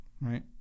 right